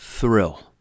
thrill